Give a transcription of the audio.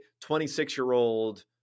26-year-old